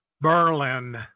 Berlin